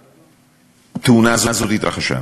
התאונה הזאת התרחשה.